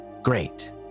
Great